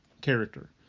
character